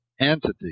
entity